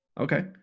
Okay